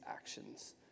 actions